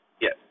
Yes